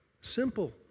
Simple